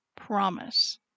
promise